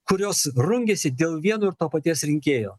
kurios rungiasi dėl vieno ir to paties rinkėjo